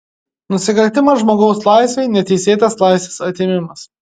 nusikaltimas žmogaus laisvei neteisėtas laisvės atėmimas